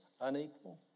unequal